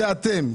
זה אתם,